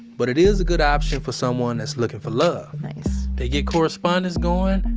but it is a good option for someone that's looking for love nice they get correspondence going,